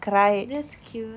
that's cute